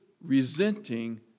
resenting